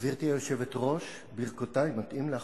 גברתי היושבת-ראש, ברכותי, מתאים לך,